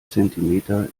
zentimeter